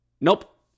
Nope